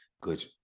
good